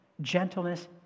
gentleness